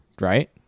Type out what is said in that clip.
right